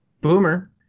Boomer